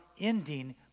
ending